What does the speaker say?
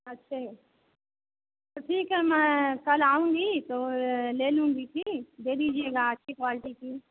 अच्छा तो ठीक है मैं कल आऊँगी तो ले लूँगी ठीक दे दीजिएगा अच्छी क्वालटी की